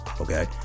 okay